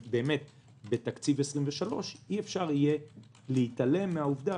בתקציב 2023 אי אפשר יהיה להתעלם מהעובדה